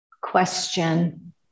Question